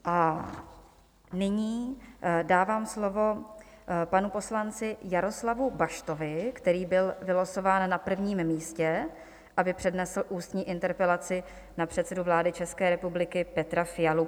A nyní dávám slovo panu poslanci Jaroslavu Baštovi, který byl vylosován na prvním místě, aby přednesl ústní interpelaci na předsedu vlády České republiky Petra Fialu.